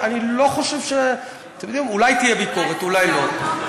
אני לא חושב, אולי תהיה ביקורת, אולי לא.